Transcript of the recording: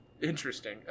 Interesting